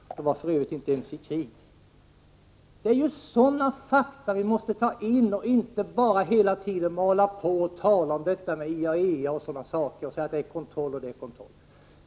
Länderna var för övrigt inte ens i krig. Det är sådana fakta som vi måste ta in och inte hela tiden bara mala på och tala om IAEA och sådana saker och säga att det är kontroll och kontroll.